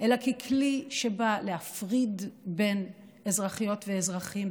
ככלי שבא להפריד בין אזרחיות ואזרחים,